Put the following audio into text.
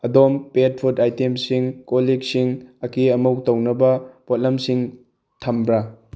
ꯑꯗꯣꯝ pet food ꯑꯥꯏꯇꯦꯝꯁꯤꯡ ꯀꯣꯜꯂꯤꯛꯁꯤꯡ ꯑꯀꯦ ꯑꯃꯧ ꯇꯧꯅꯕ ꯄꯣꯠꯂꯝꯁꯤꯡ ꯊꯝꯕ꯭ꯔꯥ